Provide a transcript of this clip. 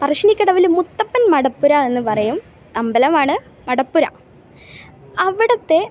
പറശ്ശിനിക്കടവിൽ മുത്തപ്പൻ മടപ്പുര എന്ന് പറയും അമ്പലമാണ് മടപ്പുര അവിടത്തെ